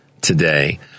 today